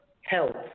health